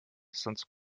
sonst